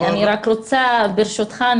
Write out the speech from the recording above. ברשותך,